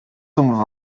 zum